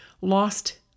lost